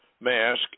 mask